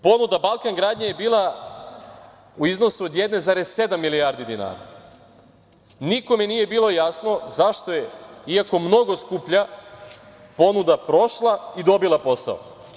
Ponuda „Balkan gradnje“ je bila u iznosu 1,7 milijardi dinara, i nikome nije bilo jasno, zašto je, i ako mnogo skuplja ponuda prošla i dobila posao.